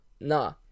Nah